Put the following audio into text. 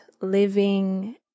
living